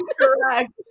Correct